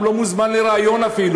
אפילו לא מוזמן לריאיון.